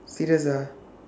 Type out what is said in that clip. serious ah